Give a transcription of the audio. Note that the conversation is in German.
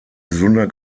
gesunder